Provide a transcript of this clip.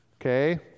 Okay